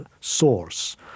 source